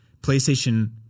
PlayStation